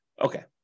Okay